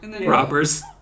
Robbers